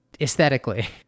aesthetically